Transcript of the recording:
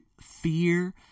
fear